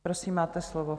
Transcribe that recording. Prosím, máte slovo.